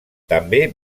també